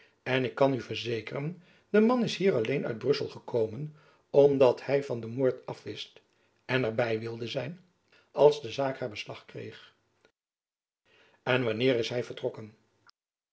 en ik kan u verzekeren de man is hier jacob van lennep elizabeth musch alleen uit brussel gekomen omdat hy van den moord af wist en er by wilde zijn als de zaak haar beslag kreeg en wanneer is hy vertrokken